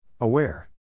Aware